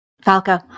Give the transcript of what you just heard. Falco